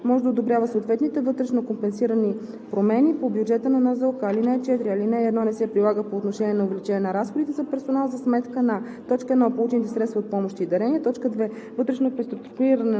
При необходимост Надзорният съвет на НЗОК по предложение на управителя на НЗОК може да одобрява съответните вътрешно компенсирани промени по бюджета на НЗОК. (4) Алинея 1 не се прилага по отношение на увеличение на разходите за персонал за сметка на: